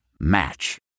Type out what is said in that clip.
Match